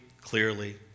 clearly